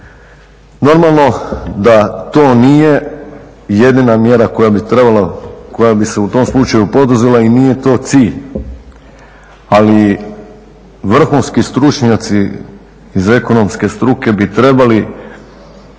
Normalno da to nije jedina mjera koja bi trebala, koja bi se u tom slučaju poduzela i nije to cilj, ali vrhunski stručnjaci iz ekonomske struke bi trebali